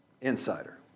Insider